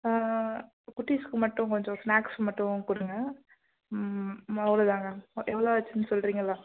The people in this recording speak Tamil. குட்டிஸ்க்கு மட்டும் கொஞ்சம் ஸ்நேக்ஸு மட்டும் கொடுங்க ம் அவ்வளோ தாங்க ஆ எவ்வளோ ஆச்சுன்னு சொல்கிறீங்களா